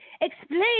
explain